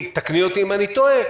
ותקני אותי אם אני טועה,